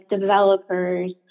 developers